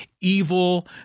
evil